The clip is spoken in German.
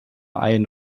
ein